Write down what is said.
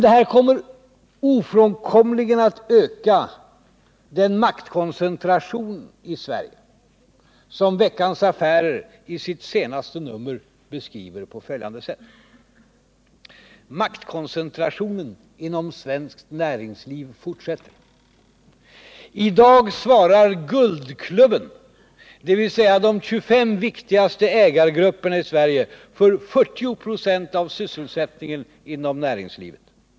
Detta kommer ofrånkomligen att öka den maktkoncentration i Sverige som Veckans Affärer i sitt senaste nummer beskriver på följande sätt: ”Maktkoncentrationen inom svenskt näringsliv fortsätter. I dag svarar Guldklubben, dvs de 25 viktigaste ägargrupperna i Sverige, för 40 procent av sysselsättningen inom näringslivet.